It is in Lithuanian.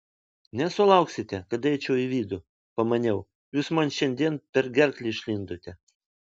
nesulauksite kad eičiau į vidų pamaniau jūs man šiandien per gerklę išlindote